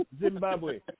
Zimbabwe